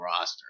roster